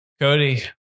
Cody